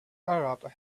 arab